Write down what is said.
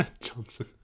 johnson